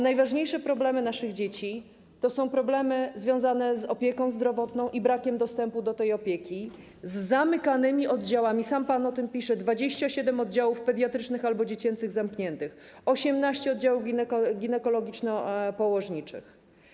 Najważniejsze problemy naszych dzieci to są problemy związane z opieką zdrowotną i brakiem dostępu do tej opieki, z zamykanymi oddziałami, sam pan o tym pisze - zamkniętych 27 oddziałów pediatrycznych albo dziecięcych, 18 oddziałów ginekologiczno-położniczych.